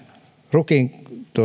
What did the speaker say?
rukiin